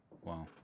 Wow